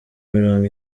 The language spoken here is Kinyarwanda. mirongo